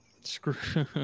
Screw